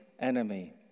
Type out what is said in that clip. enemy